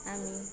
আমি